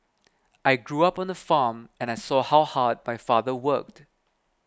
I grew up on a farm and I saw how hard my father worked